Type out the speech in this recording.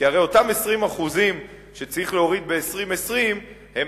כי הרי אותם 20% שצריך להוריד ב-2020 הם